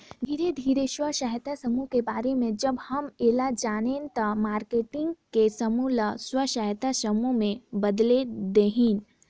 धीरे धीरे स्व सहायता समुह के बारे में जब हम ऐला जानेन त मारकेटिंग के समूह ल स्व सहायता समूह में बदेल देहेन